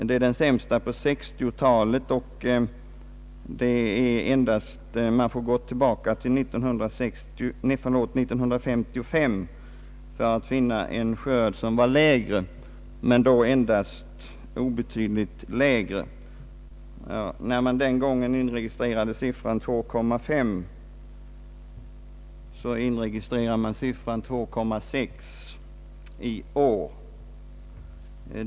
Den är den sämsta på 1960-talet, och man får gå tillbaka till 1955 för att finna en skörd som var sämre, då endast obetydligt sämre. Den gången inregistrerades siffran 2,5 mot i år siffran 2,6.